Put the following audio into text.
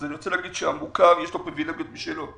אז אני רוצה להגיד שלמוכר יש פריווילגיות משלו,